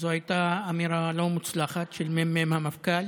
זו הייתה אמירה לא מוצלחת של ממלא מקום